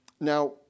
Now